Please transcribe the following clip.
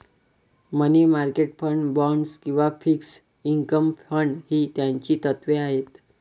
मनी market fund, bonds किंवा fixed income fund ही त्याची तत्त्वे आहेत